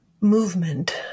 movement